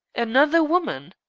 another woman?